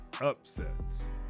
upsets